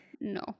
No